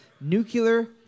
nuclear